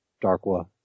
Darkwa